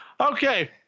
okay